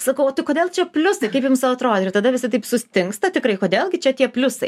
sakau o tai kodėl čia pliusai kaip jums atrodo tada visi taip sustingsta tikrai kodėl gi čia tie pliusai